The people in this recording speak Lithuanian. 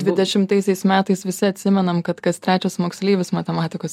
dvidešimtaisiais metais visi atsimenam kad kas trečias moksleivis matematikos